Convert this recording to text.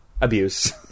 abuse